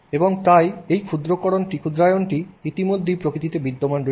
এবং তাই এই ক্ষুদ্রায়নটি ইতিমধ্যে প্রকৃতিতে বিদ্যমান রয়েছে